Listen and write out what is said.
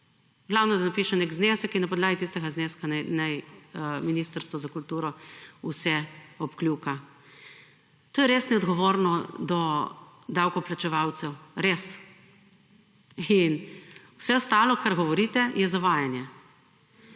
glavno da napiše nek znesek in na podlagi tistega zneska naj ministrstvo za kulturo vse obkljuka. To je res neodgovorno do davkoplačevalcev, res. Vse ostalo kar govorite je zavajanje.